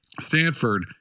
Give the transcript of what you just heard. Stanford